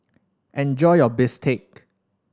enjoy your bistake